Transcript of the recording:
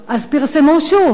אז פרסמו שוב,